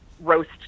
roast